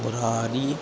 मुरारिः